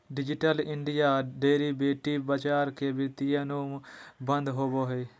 digital India derivative बाजार के वित्तीय अनुबंध होबो हइ